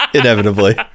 Inevitably